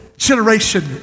generation